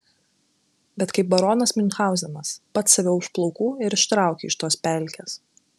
bet kaip baronas miunchauzenas pats save už plaukų ir ištrauki iš tos pelkės